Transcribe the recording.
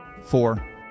four